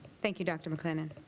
thank you dr. mclennan